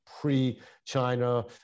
pre-China